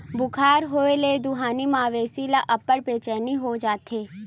बुखार होए ले दुहानी मवेशी ह अब्बड़ बेचैन हो जाथे